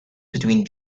between